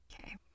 Okay